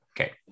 Okay